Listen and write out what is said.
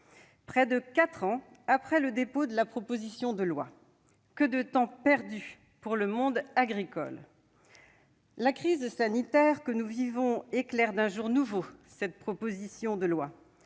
Près de quatre ans après le dépôt de la proposition de loi ... Que de temps perdu pour le monde agricole ! La crise sanitaire que nous vivons éclaire d'un jour nouveau cette proposition de loi,